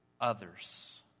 others